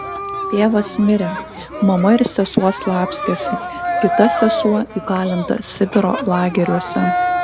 tėvas mirė mama ir sesuo slapstėsi kita sesuo įkalinta sibiro lageriuose